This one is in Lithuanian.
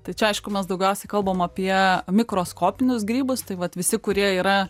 tai čia aišku mes daugiausiai kalbama apie mikroskopinius grybus tai vat visi kurie yra